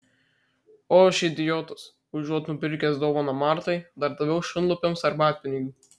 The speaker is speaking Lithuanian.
o aš idiotas užuot nupirkęs dovaną martai dar daviau šunlupiams arbatpinigių